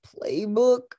playbook